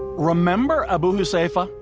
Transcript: remember abu huzaifa,